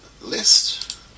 list